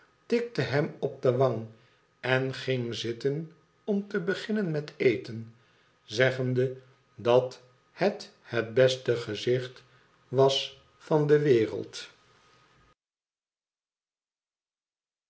tikte hem op de wang en ging zitten om te beginnen met eten zeggende dat het het beste gezicht was van de wereld